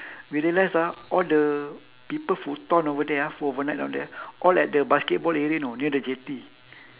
we realise ah all the people who ton over there ah who overnight down there ah all at the basketball area know near the jetty